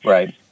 Right